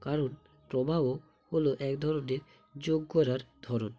কারণ প্রবাহ হল এক ধরনের যোগ করার ধরন